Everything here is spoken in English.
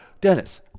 Dennis